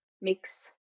mix